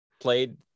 played